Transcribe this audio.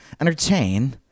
entertain